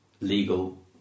legal